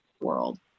world